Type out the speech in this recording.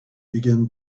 begin